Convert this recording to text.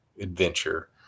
adventure